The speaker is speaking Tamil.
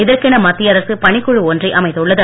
இதற்கென மத்திய அரசு பணிக்குழு ஒன்றை அமைத்துள்ளது